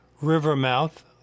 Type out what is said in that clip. Rivermouth